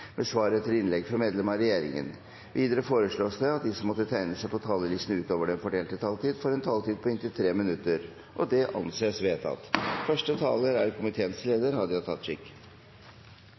med svar etter innlegg fra medlemmer av regjeringen, og at de som måtte tegne seg på talerlisten utover den fordelte taletid, får en taletid på inntil 3 minutter. – Det anses vedtatt.